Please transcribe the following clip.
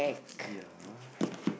ya